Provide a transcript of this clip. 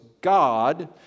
God